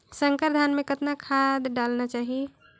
संकर धान मे कतना खाद डालना चाही?